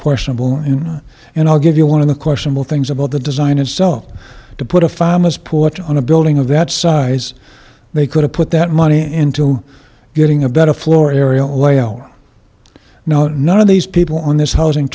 questionable and i'll give you one of the questionable things about the design itself to put a famous porch on a building of that size they could have put that money into getting a better floor areaway oh no none of these people on this housing